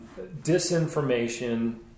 disinformation